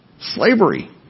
Slavery